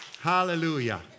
Hallelujah